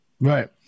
Right